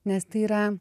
nes tai yra